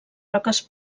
roques